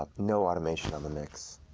ah no automation on the mix.